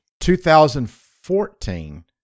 2014